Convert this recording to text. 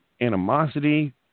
animosity